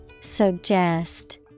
Suggest